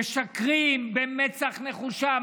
משקרים במצח נחושה.